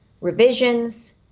revisions